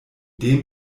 dem